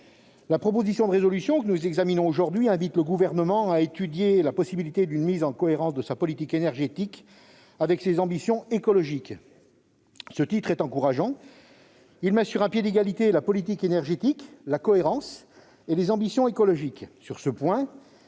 représente notre avenir énergétique. Ce texte invite le Gouvernement « à étudier la possibilité d'une mise en cohérence de sa politique énergétique avec ses ambitions écologiques ». Ce titre est encourageant, car il met sur un pied d'égalité la politique énergétique, la cohérence et les ambitions écologiques.